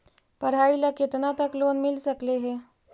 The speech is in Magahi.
पढाई ल केतना तक लोन मिल सकले हे?